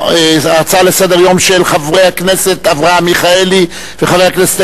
לסדר-היום של חברי הכנסת אברהם מיכאלי וחבר הכנסת